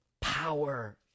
power